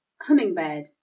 Hummingbird